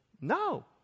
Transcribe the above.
No